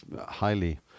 highly